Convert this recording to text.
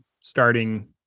starting